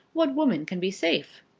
what woman can be safe?